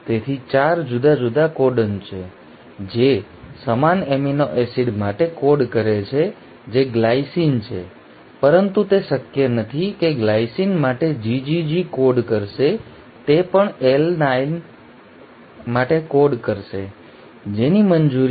તેથી 4 જુદા જુદા કોડોન છે જે સમાન એમિનો એસિડ માટે કોડ કરે છે જે ગ્લાયસિન છે પરંતુ તે શક્ય નથી કે ગ્લાયસિન માટે GGG કોડ કરશે તે પણ એલનાઇન માટે કોડ કરશે જેની મંજૂરી નથી